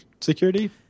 security